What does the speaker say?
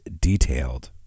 Detailed